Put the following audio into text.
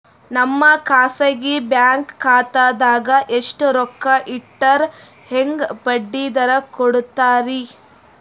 ನಮ್ಮ ಖಾಸಗಿ ಬ್ಯಾಂಕ್ ಖಾತಾದಾಗ ಎಷ್ಟ ರೊಕ್ಕ ಇಟ್ಟರ ಹೆಂಗ ಬಡ್ಡಿ ದರ ಕೂಡತಾರಿ?